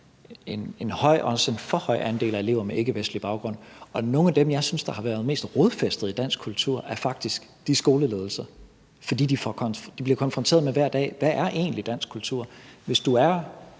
og også en for høj andel af elever med ikkevestlig baggrund, og nogle af dem, jeg synes har været mest rodfæstet i dansk kultur, er faktisk de skoleledelser, fordi de hver dag bliver konfronteret med spørgsmålet: Hvad er egentlig dansk kultur? Hvis du er